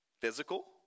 physical